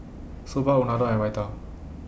Soba Unadon and Raita